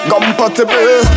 Compatible